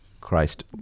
christ